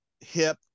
hip